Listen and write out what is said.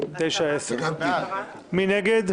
10 נגד,